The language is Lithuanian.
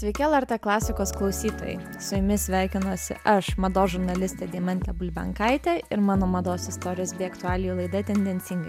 sveiki lrt klasikos klausytojai su jumis sveikinuosi aš mados žurnalistė deimantė bulbenkaitė ir mano mados istorijos bei aktualijų laida tendencingai